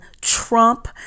Trump